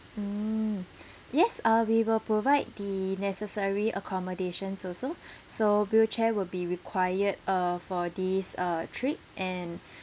mm yes uh we will provide the necessary accommodations also so wheelchair will be required uh for this uh trip and